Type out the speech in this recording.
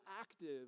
active